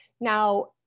Now